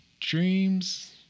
Dreams